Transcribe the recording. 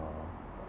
uh